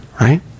right